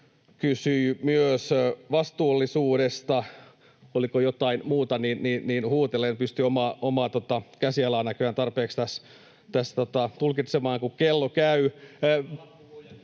kysyi myös vastuullisuudesta. — Jos oli jotain muuta, niin huutele, en pysty omaa käsialaani näköjään tarpeeksi tässä tulkitsemaan, kun kello käy. [Joona